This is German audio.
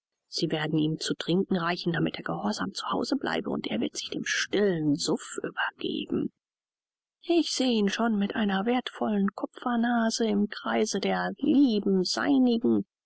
sie werden ihm zu trinken reichen damit er gehorsam zu hause bleibe und er wird sich dem stillen suff übergeben ich seh ihn schon mit einer werthvollen kupfernase im kreise der lieben seinigen